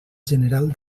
general